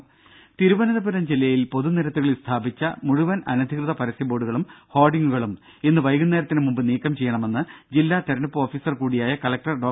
ദ്ദേ തിരുവനന്തപുരം ജില്ലയിൽ പൊതുനിരത്തുകളിൽ സ്ഥാപിച്ച മുഴുവൻ അനധികൃത പരസ്യ ബോർഡുകളും ഹോർഡിംഗുകളും ഇന്ന് വൈകുന്നേരത്തിനു മുൻപ് നീക്കം ചെയ്യണമെന്ന് ജില്ലാ തെരഞ്ഞെടുപ്പ് ഓഫീസർ കൂടിയായ കലക്ടർ ഡോ